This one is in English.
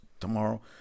tomorrow